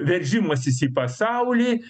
veržimasis į pasaulį